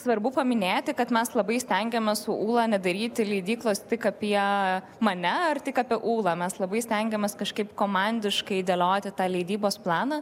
svarbu paminėti kad mes labai stengiamės su ūla nedaryti leidyklos tik apie mane ar tik apie ūlą mes labai stengiamės kažkaip komandiškai dėlioti tą leidybos planą